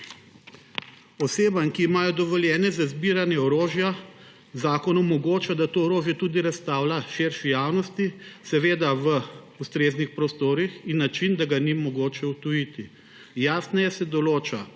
Osebam, ki imajo dovoljenje za zbiranje orožja, zakon omogoča, da to orožje tudi razstavljajo širši javnosti, seveda v ustreznih prostorih in na način, da ga ni mogoče odtujiti. Jasneje se določa